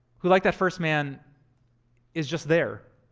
who like that first man is just there.